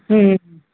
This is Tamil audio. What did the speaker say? ம் ம் ம்